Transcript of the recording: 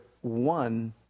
one